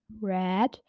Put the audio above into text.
red